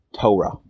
Torah